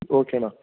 ஓகேண்ணா